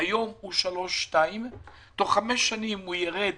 היום הוא 3.2. תוך חמש שנים הוא ירד